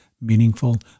meaningful